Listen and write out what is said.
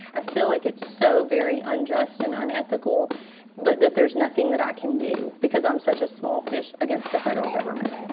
i feel like it's so very unjust and unethical but that there's nothing that i can do because i'm such a small fish against the federal government